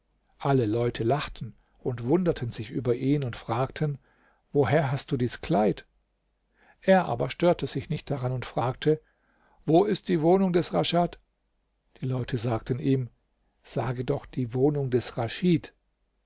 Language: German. alle leute lachten und wunderten sich über ihn und fragten woher hast du dies kleid er aber störte sich nicht daran und fragte wo ist die wohnung des raschad die leute sagten ihm sage doch die wohnung des raschid